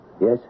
Yes